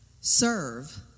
Serve